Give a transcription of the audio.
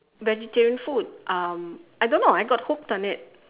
vegetarian food um I don't know I got hooked on it